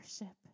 Worship